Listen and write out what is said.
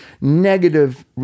negative